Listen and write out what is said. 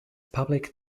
public